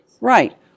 Right